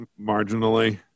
marginally